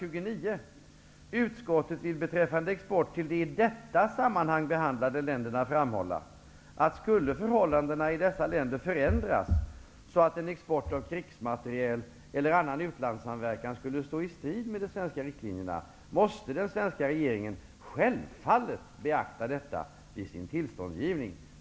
Utskottet vill beträffande export till de i detta sammanhang behandlade länderna framhålla att skulle förhållandena i dessa länder förändras så att en export av krigsmateriel eller annan utlandssamverkan skulle stå i strid med de svenska riktlinjerna, måste den svenska regeringen självfallet beakta detta vid sin tillståndsgivning.''